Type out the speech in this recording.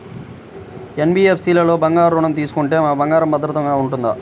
NBFC లలో బంగారు ఋణం తీసుకుంటే మా బంగారంకి భద్రత ఉంటుందా?